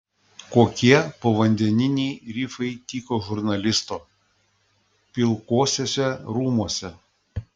kokie povandeniniai rifai tyko žurnalisto pilkuosiuose rūmuose